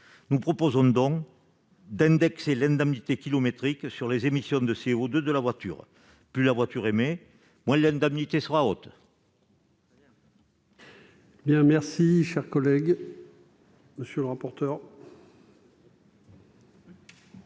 Nous proposons donc d'indexer l'indemnité kilométrique sur les émissions de CO2 de la voiture. Plus la voiture émet, moins l'indemnité sera élevée.